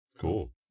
Cool